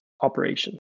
operation